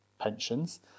pensions